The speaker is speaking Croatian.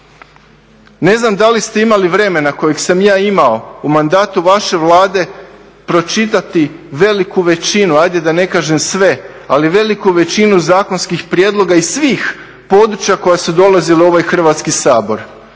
Ne znam da li ste imali vremena kojeg sam ja imao u mandatu vaše Vlade pročitati veliku većinu, ajde da ne kažem sve, ali veliku većinu zakonskih prijedloga iz svih područja koja su dolazila u ovaj Hrvatski sabor